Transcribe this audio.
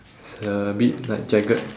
it's a bit like jagged